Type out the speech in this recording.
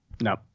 No